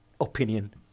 opinion